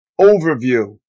Overview